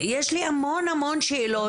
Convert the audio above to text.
יש לי המון המון שאלות,